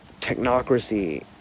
technocracy